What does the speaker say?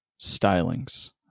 stylings